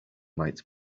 might